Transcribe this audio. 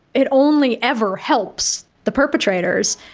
it only ever helps the perpetrators.